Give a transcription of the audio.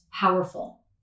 powerful